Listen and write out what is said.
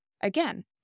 Again